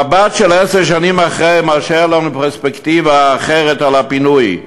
מבט של עשר שנים אחרי מאפשר לנו פרספקטיבה אחרת על הפינוי.